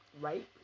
right